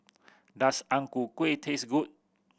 does Ang Ku Kueh taste good